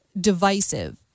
divisive